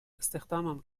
استخدامم